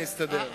אני אסתדר.